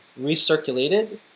recirculated